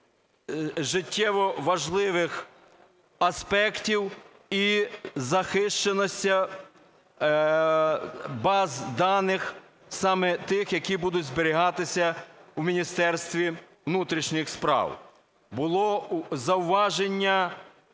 життєво важливих аспектів і захищеності баз даних, саме тих, які будуть зберігатися у Міністерстві внутрішніх справ. Було зауваження